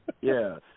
Yes